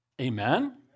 Amen